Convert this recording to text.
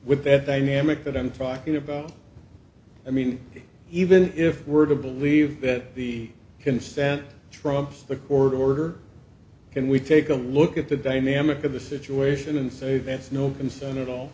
with the dynamic that i'm talking about i mean even if we're to believe that she can stand trumps the order order can we take a look at the dynamic of the situation and say that's no concern at all